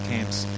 Camps